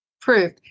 proof